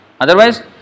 Otherwise